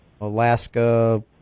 Alaska